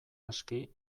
aski